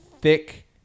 thick